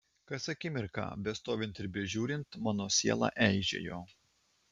kas akimirką bestovint ir bežiūrint mano siela eižėjo